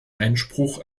einspruch